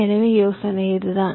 எனவே யோசனை இதுதான்